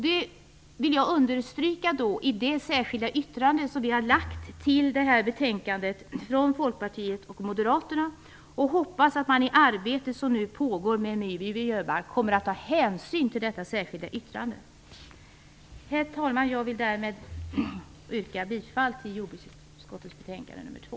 Det vill jag understryka i det särskilda yttrande som vi har lagt till detta betänkande från Folkpartiet och Moderaterna, och jag hoppas att man i det arbete som nu pågår med en ny miljöbalk kommer att ta hänsyn till detta särskilda yttrande. Herr talman! Jag vill därmed yrka bifall till jordbruksutskottets hemställan i betänkande nr 2.